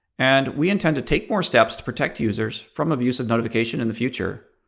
and we intend to take more steps to protect users from abusive notification in the future.